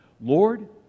lord